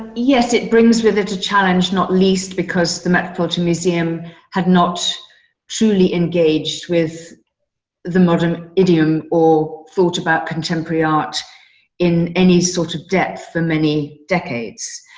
yes, it brings with it a challenge, not least because the metropolitan museum had not truly engaged with the modern idiom or thought about contemporary art in any sort of depth for many decades.